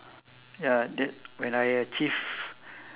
ya that when I achieve